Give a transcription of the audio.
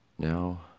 Now